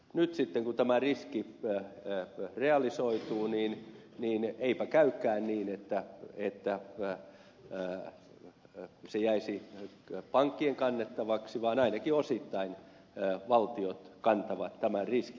nyt sitten kun tämä riski realisoituu niin eipä käykään niin että se jäisi pankkien kannettavaksi vaan ainakin osittain valtiot kantavat tämän riskin